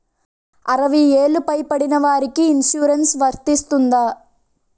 అరవై ఏళ్లు పై పడిన వారికి ఇన్సురెన్స్ వర్తిస్తుందా?